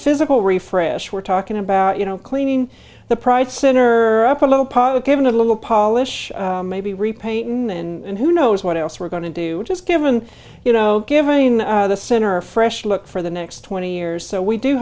physical refresh we're talking about you know cleaning the pride center up a little part of giving a little polish maybe repaint in and who knows what else we're going to do just given you know given the center a fresh look for the next twenty years so we do